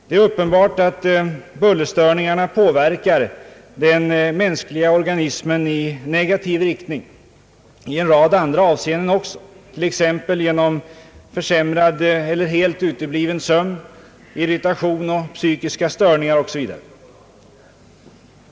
Det är uppenbart att bullerstörningarna påverkar den mänskliga organismen i negativ riktning i en rad andra avseenden också, t.ex. genom försämrad eller helt utebliven sömn, irritation, psykiska störningar osv.